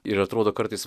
ir atrodo kartais